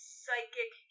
psychic